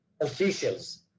officials